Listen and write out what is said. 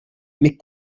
mais